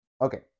Okay